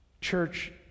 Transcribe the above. Church